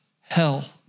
hell